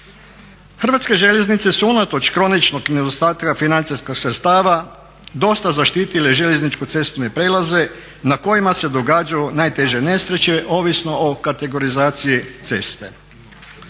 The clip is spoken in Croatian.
Hrvatske željeznice su unatoč kroničnog nedostatka financijskih sredstava dosta zaštitile željezničko-cestovne prijelaze na kojima se događaju najteže nesreće ovisno o kategorizaciji ceste.